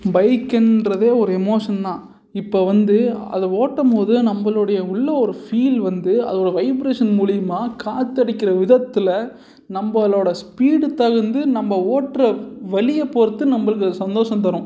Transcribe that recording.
பைக்குன்றது ஒரு எமோஷன் தான் இப்போ வந்து அதை ஓட்டும் போது நம்மளுடைய உள்ளே ஒரு ஃபீல் வந்து அது ஒரு வைப்ரேஷன் மூலிமா காற்று அடிக்கின்ற விதத்தில் நம்மளோட ஸ்பீடு தகுந்து நம்ம ஓட்டுகிற வழியை பொறுத்து நம்மளுக்கு அது சந்தோஷம் தரும்